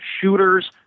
shooters